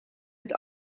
met